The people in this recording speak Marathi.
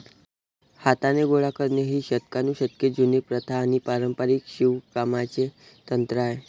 हाताने गोळा करणे ही शतकानुशतके जुनी प्रथा आणि पारंपारिक शिवणकामाचे तंत्र आहे